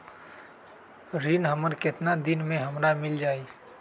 ऋण हमर केतना दिन मे हमरा मील जाई?